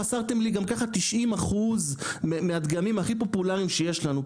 אסרתם לי גם ככה 90% מהדגמים הכי פופולריים שיש לנו,